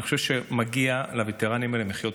אני חושב שמגיעות לווטרנים האלה מחיאות